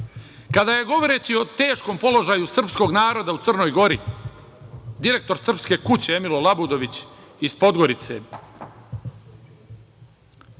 kada je govoreći o teškom položaju srpskog naroda u Crnoj Gori, direktor „Srpske kuće“ Emilo Labudović iz Podgorice,